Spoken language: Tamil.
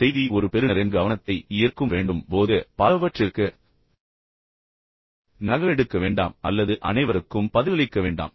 செய்தி ஒரு பெறுநரின் கவனத்தை ஈர்க்கும் வேண்டும் போது பலவற்றிற்கு நகலெடுக்க வேண்டாம் அல்லது அனைவருக்கும் பதிலளிக்க வேண்டாம்